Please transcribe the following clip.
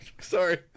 sorry